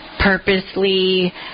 purposely